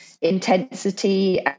intensity